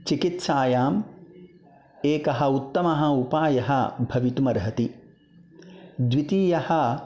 चिकित्सायाम् एकः उत्तमः उपायः भवितुम् अर्हति द्वितीयः